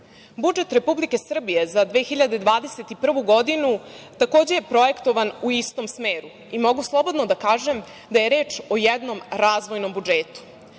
Replike Srbije za 2021. godinu, takođe je projektovan u istom smeru. Mogu slobodno da kažem da je reč o jednom razvojnom budžetu.Zašto